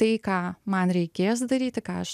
tai ką man reikės daryti ką aš